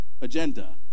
agenda